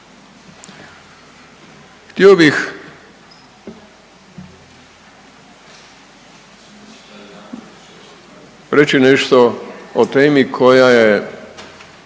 Htio bih reći nešto o temi koja je